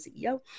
CEO